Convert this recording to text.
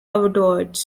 edwards